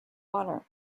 water